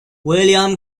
william